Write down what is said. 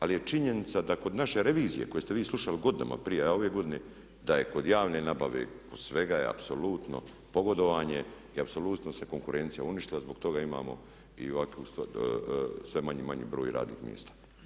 Ali je činjenica da kod naše revizije koju ste vi slušali godinama prije … da je kod javne nabave, kod svega je apsolutno pogodovanje i apsolutno se konkurencija uništila, zbog toga imamo i ovako sve manji i manji broj radnih mjesta.